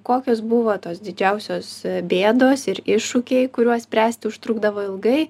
kokios buvo tos didžiausios bėdos ir iššūkiai kuriuos spręsti užtrukdavo ilgai